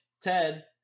Ted